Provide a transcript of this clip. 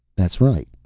that's right,